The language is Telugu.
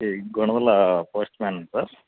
ఈ గుణదల పోస్ట్మ్యాన్ని సార్